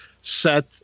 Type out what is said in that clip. set